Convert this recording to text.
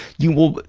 you will,